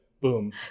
Boom